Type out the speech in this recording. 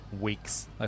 weeks